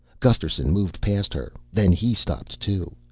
gusterson moved past her. then he stopped too.